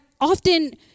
often